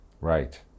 Right